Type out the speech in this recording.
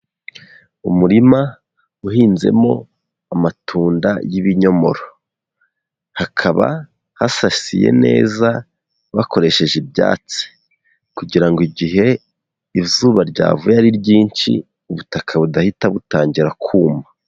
Umurima uhinzemo amatunda y'ibinyomoro, hakaba hasasiye neza, bakoresheje ibyatsi, kugira ngo igihe izuba ryavuye ari ryinshi ubutaka budahita butangira kuma.